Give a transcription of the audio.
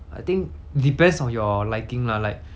I think depends on your liking lah like